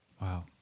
Wow